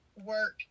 work